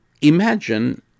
imagine